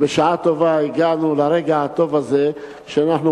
ובשעה טובה הגענו לרגע הטוב הזה שאנחנו